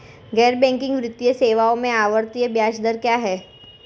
गैर बैंकिंग वित्तीय सेवाओं में आवर्ती ब्याज दर क्या है?